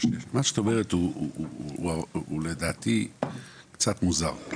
מה שאת אומרת הוא לדעתי קצת מוזר.